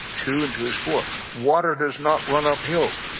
two and two is four water does not run uphill.